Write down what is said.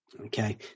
Okay